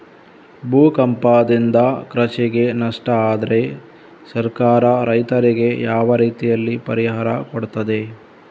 ಭೂಕಂಪದಿಂದ ಕೃಷಿಗೆ ನಷ್ಟ ಆದ್ರೆ ಸರ್ಕಾರ ರೈತರಿಗೆ ಯಾವ ರೀತಿಯಲ್ಲಿ ಪರಿಹಾರ ಕೊಡ್ತದೆ?